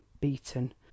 Beaten